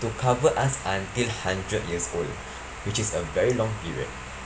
to cover us until hundred years old which is a very long period